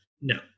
No